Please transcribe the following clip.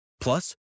Plus